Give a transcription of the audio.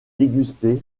déguster